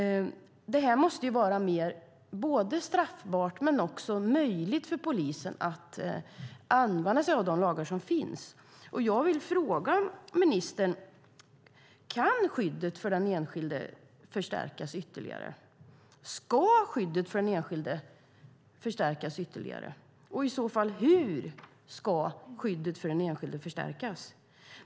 Detta måste vara straffbart, och det måste också vara möjligt för polisen att använda de lagar som finns. Jag vill fråga ministern: Kan skyddet för den enskilde stärkas ytterligare? Ska skyddet för den enskilde stärkas ytterligare, och hur ska det i så fall stärkas?